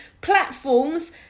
platforms